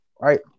right